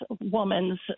woman's